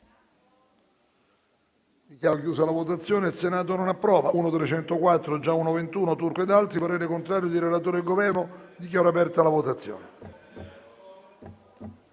**Il Senato non approva**.